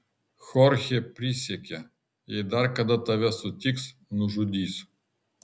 chorchė prisiekė jei dar kada tave sutiks nužudys